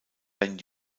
ben